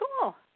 cool